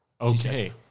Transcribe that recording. Okay